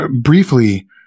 briefly